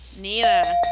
Nina